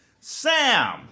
Sam